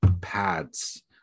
pads